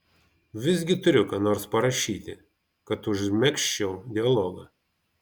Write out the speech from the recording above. visgi turiu ką nors parašyti kad užmegzčiau dialogą